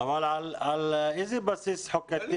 על איזה בסיס חוקתי